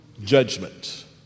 judgment